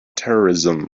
terrorism